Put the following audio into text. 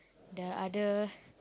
the other